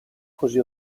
così